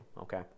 Okay